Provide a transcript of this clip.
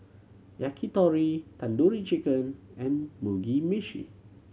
Yakitori Tandoori Chicken and Mugi Meshi